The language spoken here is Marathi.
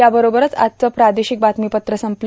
याबरोबरच आजचं प्रादेशिक बातमीपत्र संपलं